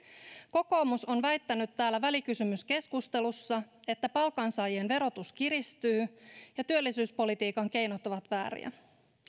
kokoomus on väittänyt täällä välikysymyskeskustelussa että palkansaajien verotus kiristyy ja työllisyyspolitiikan keinot ovat vääriä